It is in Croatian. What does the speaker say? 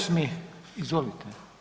8., izvolite.